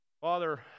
Father